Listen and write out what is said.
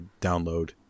download